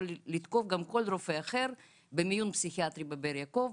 לתקוף גם כל רופא אחר במיון פסיכיאטרי בבאר יעקב,